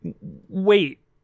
Wait